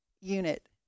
unit